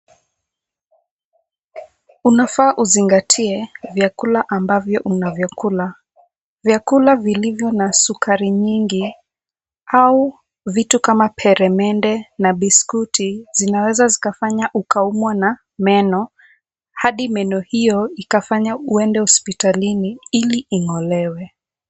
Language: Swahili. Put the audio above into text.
Unafaa uzingatie vyakula ambavyo unavyokula, vyakula vilivyo na sukari nyingi au vitu kama peremende na biskuti zinaweza zikafanya ukaumwa na meno hadi meno hiyo ikafanya uende hospitalini, ili ing'olewe.